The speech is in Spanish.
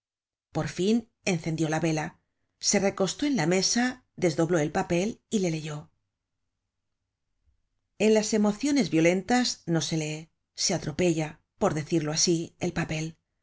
por fin encendió la vela se recostó en la mesa desdobló el papel y le leyó en las emociones violentas no se lee se atropella por decirlo asi el papel